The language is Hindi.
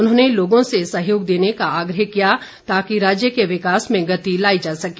उन्होंने लोगों से सहयोग देने का आग्रह किया ताकि राज्य के विकास में गति लाई जा सके